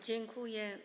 Dziękuję.